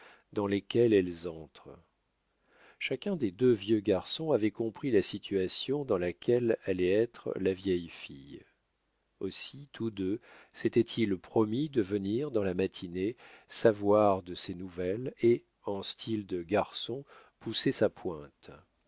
dans lesquels elles entrent chacun des deux vieux garçons avait compris la situation dans laquelle allait être la vieille fille aussi tous deux s'étaient-ils promis de venir dans la matinée savoir de ses nouvelles et en style de garçon pousser sa pointe